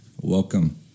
Welcome